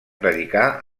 predicà